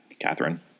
Catherine